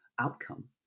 outcome